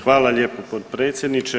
Hvala lijepo potpredsjedniče.